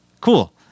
Cool